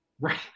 Right